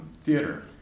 theater